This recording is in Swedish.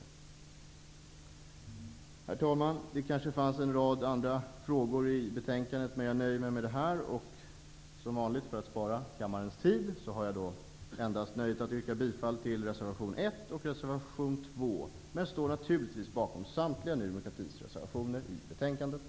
Herr talman! Det finns en rad andra frågor i betänkandet, men jag nöjer mig med detta. För att spara kammarens tid har jag nöjet att yrka bifall endast till reservation 1 och reservation 2, men jag står naturligtvis bakom samtliga Ny demokratis reservationer i betänkandet.